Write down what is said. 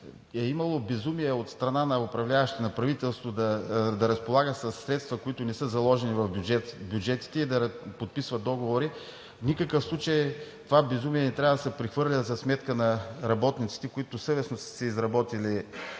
е имало безумие от страна на управляващите, на правителството да разполага със средства, които не са заложени в бюджетите, и да подписва договори, в никакъв случай това безумие не трябва да се прехвърля за сметка на работниците, които съвестно са си изработили